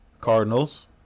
Cardinals